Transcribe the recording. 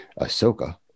Ahsoka